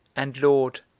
and, lord,